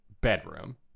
bedroom